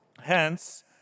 Hence